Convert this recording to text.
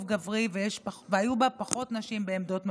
גברי והיו בה פחות נשים בעמדות מפתח.